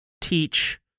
teach